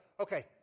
okay